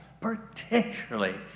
particularly